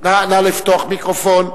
נא לפתוח מיקרופון.